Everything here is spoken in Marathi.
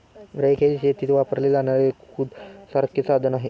रेक हे शेतीत वापरले जाणारे कुदळासारखे साधन आहे